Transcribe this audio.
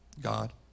God